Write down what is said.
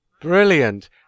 Brilliant